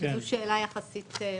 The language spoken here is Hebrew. שזו שאלה משמעותית.